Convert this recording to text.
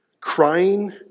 crying